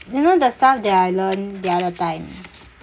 you know the stuff that I learn the other time